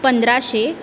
पंधराशे